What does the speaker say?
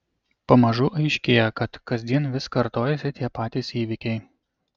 pamažu aiškėja kad kasdien vis kartojasi tie patys įvykiai